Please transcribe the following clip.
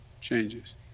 changes